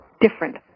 different